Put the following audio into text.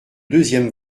deuxième